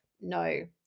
no